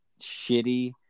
shitty